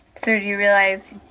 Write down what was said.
so do you realize,